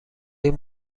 این